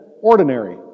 ordinary